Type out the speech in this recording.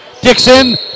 Dixon